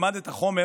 ילמד את החומר,